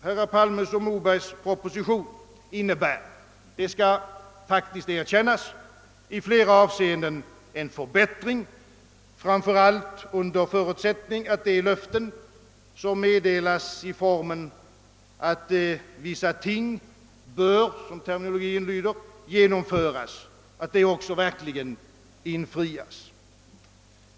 Herrar Palmes och Mobergs proposition innebär — det skall faktiskt erkännas — i flera avseenden en förbättring, framför allt under förutsättning att de löften som meddelas i formen att vissa ting bör, som terminologin lyder, genomföras också verkligen infrias.